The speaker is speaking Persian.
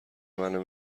منو